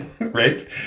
right